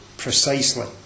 precisely